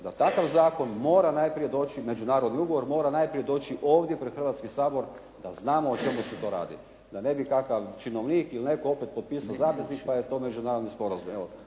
najprije doći, međunarodni ugovor mora najprije doći ovdje pred Hrvatski sabor da znamo o čemu se to radi da ne bi takav činovnik ili netko opet potpisao zapisnik pa je to međunarodni sporazum.